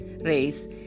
race